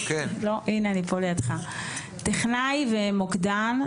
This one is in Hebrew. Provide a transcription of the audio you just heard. טכנאי ומוקדן,